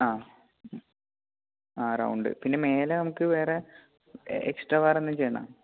ആ ആ റൗണ്ട് പിന്നെ മേലെ നമുക്ക് വേറെ എക്സ്ട്രാ വേറെ എന്തെങ്കിലും ചെയ്യണോ